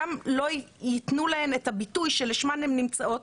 גם לא יתנו להם את הביטוי שלשמן הן נמצאות,